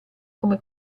come